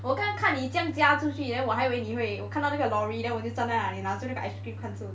我刚刚看你这样驾出去 then 我还以为你会看到那个 lorry then 你拿住那个 ·ice cream 看着我